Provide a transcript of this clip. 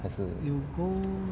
还是